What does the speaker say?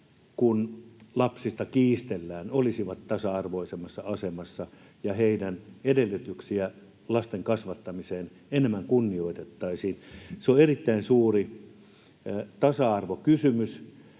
kun lapsista kiistellään, olisivat tasa-arvoisemmassa asemassa ja heidän edellytyksiään lasten kasvattamiseen enemmän kunnioitettaisiin? Se on erittäin suuri tasa-arvokysymys,